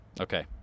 Okay